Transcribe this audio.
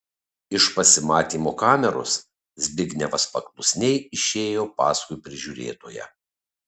iš pasimatymo kameros zbignevas paklusniai išėjo paskui prižiūrėtoją